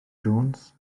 jones